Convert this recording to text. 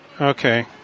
Okay